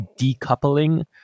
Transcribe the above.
decoupling